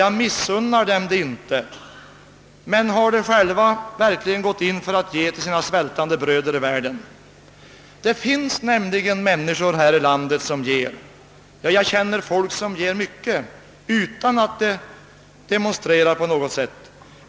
Jag missunnar dem inte detta men har de själva verkligen gått in för att ge till sina svältande bröder i världen? Det finns människor här i landet som ger stora bidrag. Jag känner folk som ger mycket utan att demonstrera på något sätt.